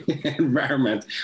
environment